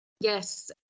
Yes